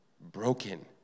broken